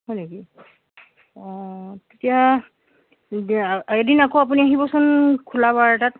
হয় নেকি অঁ তেতিয়া দিয়া এদিন আকৌ আপুনি আহিবচোন খোলা বাৰ এটাত